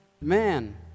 man